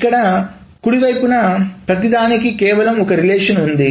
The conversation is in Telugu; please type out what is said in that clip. ఇక్కడ కుడివైపున ప్రతిదానికి కేవలం ఒక రిలేషన్ ఉంది